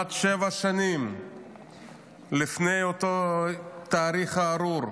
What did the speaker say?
כמעט שבע שנים לפני אותו תאריך ארור,